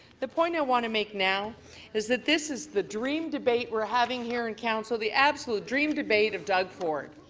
the point i want to make now is that this is the dream debate we're having here in council the absolute dream debate of doug ford